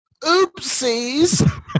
oopsies